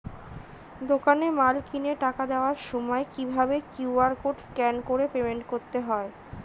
দোকানে মাল কিনে টাকা দেওয়ার সময় কিভাবে কিউ.আর কোড স্ক্যান করে পেমেন্ট করতে হয়?